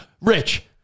Rich